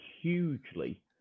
hugely